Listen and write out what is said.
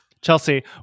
Chelsea